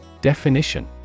Definition